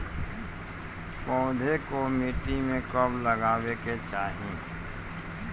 पौधे को मिट्टी में कब लगावे के चाही?